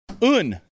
Un